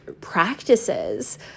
practices